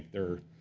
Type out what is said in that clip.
there